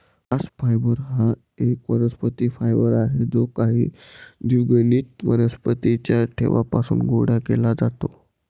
bast fibre हा एक वनस्पती फायबर आहे जो काही द्विगुणित वनस्पतीं च्या देठापासून गोळा केला जातो